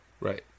Right